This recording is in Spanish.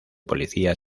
policía